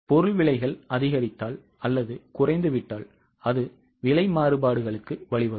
பொருள் விலைகள் அதிகரித்தால் அல்லது குறைந்துவிட்டால் அது விலை மாறுபாடுகளுக்கு வழிவகுக்கும்